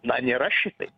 na nėra šitaip